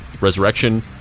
Resurrection